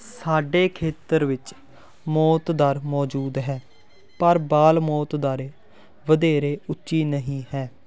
ਸਾਡੇ ਖੇਤਰ ਵਿੱਚ ਮੌਤ ਦਰ ਮੌਜੂਦ ਹੈ ਪਰ ਬਾਲ ਮੌਤ ਦਰ ਵਧੇਰੇ ਉੱਚੀ ਨਹੀਂ ਹੈ